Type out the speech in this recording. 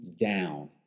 down